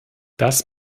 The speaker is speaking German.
das